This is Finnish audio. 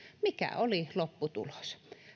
mikä oli lopputulos